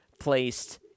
placed